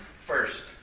first